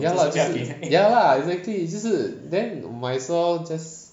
ya lah 就是 ya lah exactly 就是 then might as well just